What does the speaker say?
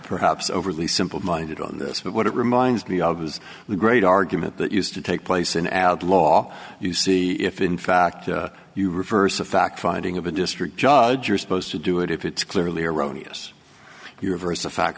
perhaps overly simple minded on this but what it reminds me of was the great argument that used to take place in ad law you see if in fact you reverse a fact finding of a district judge you're supposed to do it if it's clearly erroneous universe of fact